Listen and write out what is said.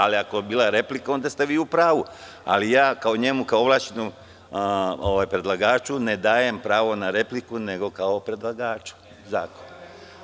Ako je bila replika, onda ste vi u pravu, ali mu kao ovlašćenom predlagaču ne dajempravo na repliku, nego kao predlagaču zakona.